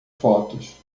fotos